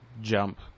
jump